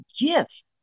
gift